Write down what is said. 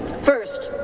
first,